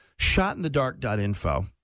shotinthedark.info